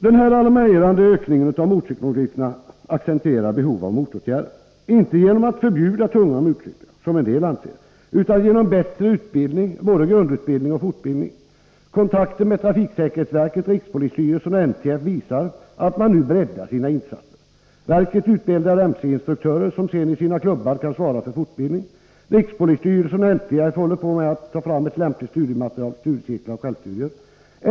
Den här alarmerande ökningen av motorcykelolyckorna accentuerar behovet av motåtgärder — inte genom att förbjuda tunga motorcyklar, som en del ansett, utan genom bättre utbildning, både grundutbildning och fortbildning. Kontakter med trafiksäkerhetsverket, rikspolisstyrelsen och NTF visar att man nu breddar sina insatser. Verket utbildar MC-instruktörer, vilka sedan i sina klubbar kan svara för fortbildning. Rikspolisstyrelsen och NTF håller på att ta fram ett lämpligt studiematerial för studiecirklar och självstudier.